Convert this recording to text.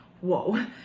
whoa